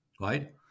right